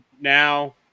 now